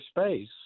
space